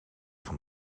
van